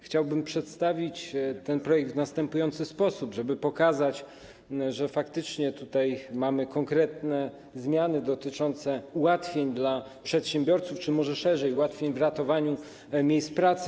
Chciałbym przedstawić ten projekt w następujący sposób, żeby pokazać, że faktycznie mamy konkretne zmiany dotyczące ułatwień dla przedsiębiorców, czy może szerzej: ułatwień w ratowaniu miejsc pracy.